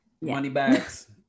Moneybags